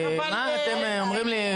מה אתם אומרים לי,